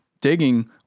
digging